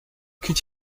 could